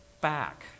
back